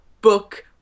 book